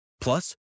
Plus